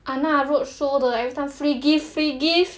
!hanna! roadshow 的 every time free give free gift